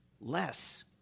less